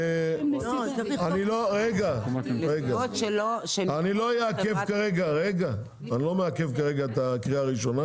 אני כרגע לא מעכב את הקריאה הראשונה.